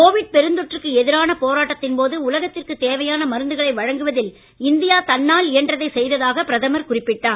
Covid பெருந்தொற்றுக்கு எதிரான போராட்டத்தின் போது உலகத்திற்கு தேவையான மருந்துகளை வழங்குவதில் இந்தியா தன்னால் இயன்றதை செய்ததாக பிரதமர் குறிப்பிட்டார்